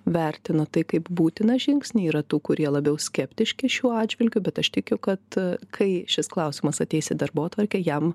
vertina tai kaip būtiną žingsnį yra tų kurie labiau skeptiški šiuo atžvilgiu bet aš tikiu kad kai šis klausimas ateis į darbotvarkę jam